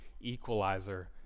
equalizer